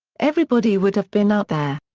everybody would have been out there.